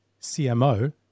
CMO